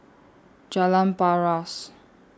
Jalan Paras